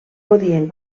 podien